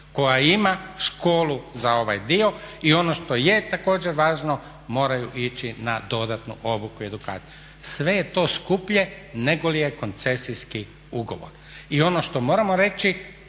koja ima školu za ovaj dio i ono što je također važno moraju ići na dodatnu obuku i edukaciju. Sve je to skuplje nego li je koncesijski ugovor. I ono što moramo reći,